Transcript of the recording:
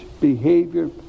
behavior